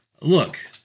look